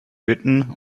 bitten